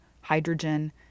hydrogen